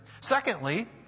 Secondly